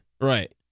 Right